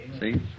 See